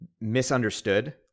misunderstood